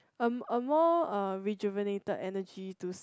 um a more uh rejuvenated energy to